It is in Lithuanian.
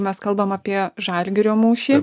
mes kalbam apie žalgirio mūšį